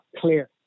clear